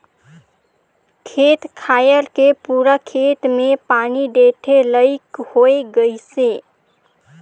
खेत खायर के पूरा खेत मे पानी टेंड़े लईक होए गइसे